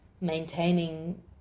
maintaining